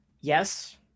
Yes